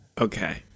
Okay